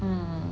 um